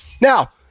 now